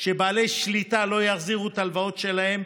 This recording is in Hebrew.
שבעלי שליטה לא יחזירו את ההלוואות שלהם,